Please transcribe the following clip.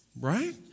right